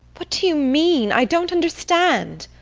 what do you mean? i don't understand